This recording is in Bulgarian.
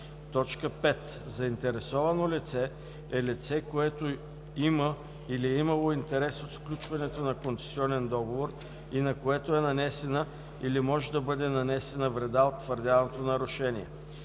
сила. 5. „Заинтересовано лице“ е лице, което има или е имало интерес от сключването на концесионен договор и на което е нанесена или може да бъде нанесена вреда от твърдяното нарушение.